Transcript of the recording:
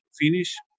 finish